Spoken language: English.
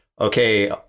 okay